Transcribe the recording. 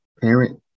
parent